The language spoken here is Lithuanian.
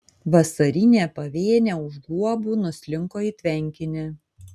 vasarinė pavėnė už guobų nuslinko į tvenkinį